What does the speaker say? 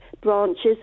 branches